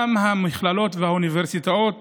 גם המכללות והאוניברסיטאות